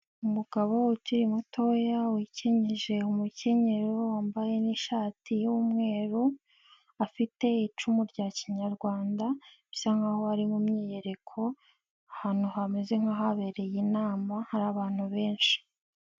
Umugabo ukiri mutoya, wakenyeje umukenyero wambaye n'ishati y'umweru, afite icumu rya kinyarwanda, bisa nk'aho ari mu myiyereko, ahantu hameze nk'ahabereye inama, hari abantu benshi.